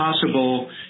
possible